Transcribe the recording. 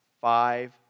five